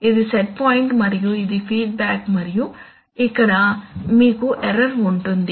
ఇది set point మరియు ఇది ఫీడ్బ్యాక్ మరియు ఇక్కడ మీకు ఎర్రర్ ఉంది